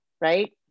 right